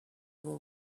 will